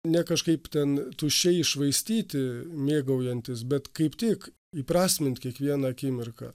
ne kažkaip ten tuščiai švaistyti mėgaujantis bet kaip tik įprasmint kiekvieną akimirką